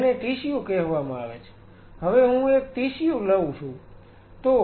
જેને ટિશ્યુ કહેવામાં આવે છે હવે હું એક ટિશ્યુ લઉં છું